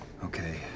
Okay